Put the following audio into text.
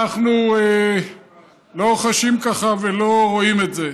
אנחנו לא חשים כך ולא רואים את זה.